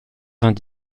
vingt